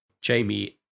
Jamie